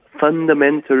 fundamental